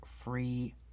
free